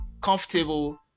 comfortable